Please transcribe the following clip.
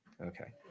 okay